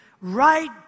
right